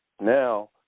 now